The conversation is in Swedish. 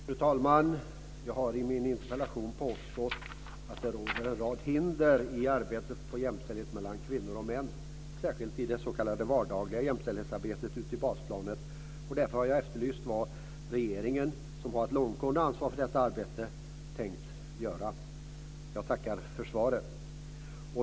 Fru talman! Jag påstår i min interpellation att det finns en rad hinder i arbetet med jämställdhet mellan kvinnor och män, särskilt i det s.k. vardagliga jämställdhetsarbetet ute på basplanet. Därför har jag efterlyst vad regeringen, som har ett långtgående ansvar för detta arbete, tänkt göra. Jag tackar för svaret.